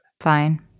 Fine